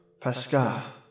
Pascal